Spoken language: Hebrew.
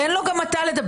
תן לו גם אתה לדבר.